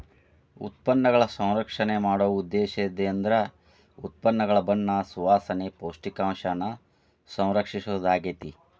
ಉತ್ಪನ್ನಗಳ ಸಂಸ್ಕರಣೆ ಮಾಡೊ ಉದ್ದೇಶೇಂದ್ರ ಉತ್ಪನ್ನಗಳ ಬಣ್ಣ ಸುವಾಸನೆ, ಪೌಷ್ಟಿಕಾಂಶನ ಸಂರಕ್ಷಿಸೊದಾಗ್ಯಾತಿ